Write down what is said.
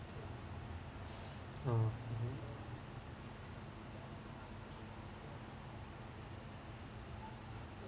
oh